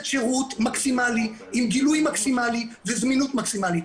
שירות מקסימלי עם גילוי מקסימלי וזמינות מקסימלי.